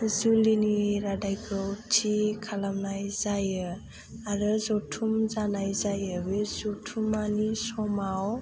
जुलिनि रादायखौ थि खालामनाय जायो आरो जथुम जानाय जायो बे जथुम्मानि समाव